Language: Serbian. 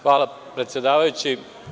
Hvala predsedavajući.